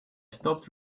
stopped